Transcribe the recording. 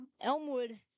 Elmwood